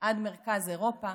עד מרכז אירופה,